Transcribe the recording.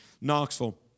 Knoxville